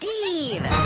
Steve